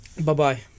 Bye-bye